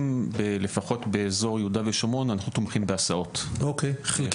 לפחות באזור יהודה ושומרון אנחנו תומכים גם בהסעות חלקית.